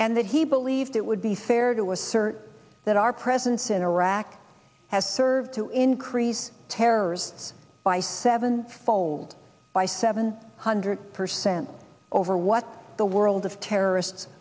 and that he believed it would be fair to assert that our presence in iraq has served to increase terrors by seven fold by seven hundred percent over what the world of terrorists